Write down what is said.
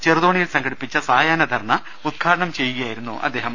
ചെറുതോണിയിൽ സംഘടിപ്പിച്ച സായാഹ്ന ധർണ ഉദ്ഘാ ടനം ചെയ്യുകയായിരുന്നു അദ്ദേഹം